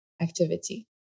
activity